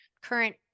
current